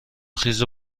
خیز